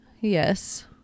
yes